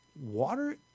water